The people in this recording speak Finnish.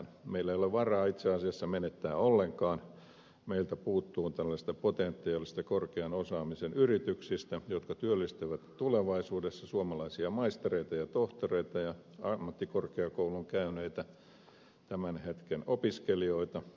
meillä ei ole varaa itse asiassa menettää niitä ollenkaan meiltä puuttuu tällaisia potentiaalisia korkean osaamisen yrityksiä jotka työllistävät tulevaisuudessa suomalaisia maistereita ja tohtoreita ja ammattikorkeakoulun käyneitä tämän hetken opiskelijoita